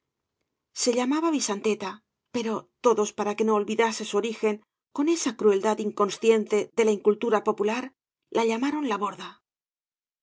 se llamaba visanteta pero todos para que no olvidase su origen con esa crueldad inconsciente de la incultura popular la llamaron la borda